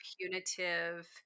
punitive